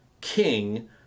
king